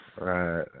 Right